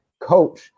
coach